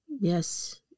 Yes